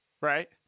right